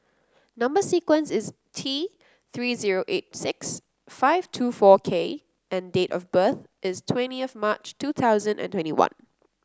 number sequence is T Three zero eight six five two four K and date of birth is twenty of March two thousand and twenty one